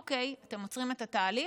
אוקיי, אתם עוצרים את התהליך?